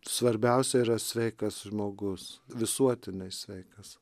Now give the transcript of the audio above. svarbiausia yra sveikas žmogus visuotinai sveikas